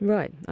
Right